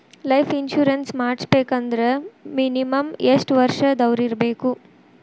Life insurance ಮಾಡ್ಸ್ಬೇಕಂದ್ರ minimum ಯೆಷ್ಟ್ ವರ್ಷ ದವ್ರಿರ್ಬೇಕು?